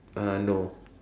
uh no